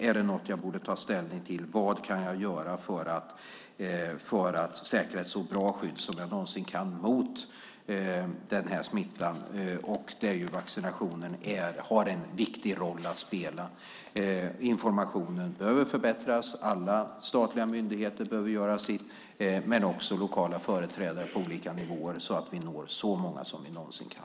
Är det något jag borde ta ställning till? Vad kan jag göra för att säkra ett så bra skydd jag någonsin kan mot denna smitta? Vaccinationen har en viktig roll att spela. Informationen behöver förbättras. Alla statliga myndigheter behöver göra sitt och också lokala företrädare på olika nivåer så att vi når så många vi någonsin kan.